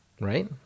Right